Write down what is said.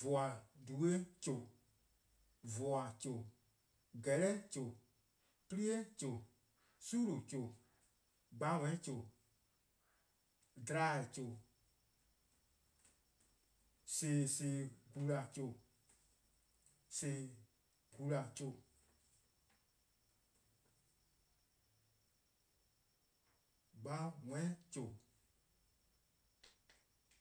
:Voor-due'-chuh:, :voor-chuh:, :gehleh'-chuh:, 'plie'-chuh, 'sunu:-chuh:, gbawehn-chuh:, dlae'-chuh:, :flen-flen:-gbula:-chuh:, :flen-gbula:-chuh:, gbawehn-chuh:,